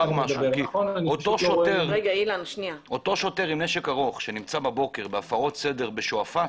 אותו שוטר עם נשק ארוך שנמצא בבוקר בהפרות סדר בשועפט,